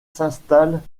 s’installent